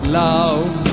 love